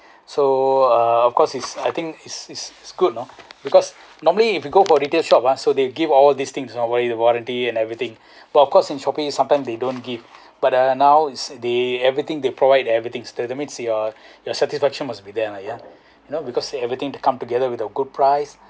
so uh of course is I think is is good you know because normally if you go for retail shop ah so they give all these things you know the warranty and everything but of course in Shopee sometimes they don't give but uh now is they everything they provide everything that's mean your the satisfaction must be there lah yeah you know because they everything to come together with a good price